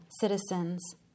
citizens